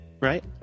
right